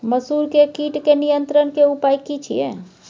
मसूर के कीट के नियंत्रण के उपाय की छिये?